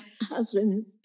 husband